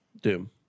Doom